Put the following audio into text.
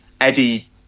eddie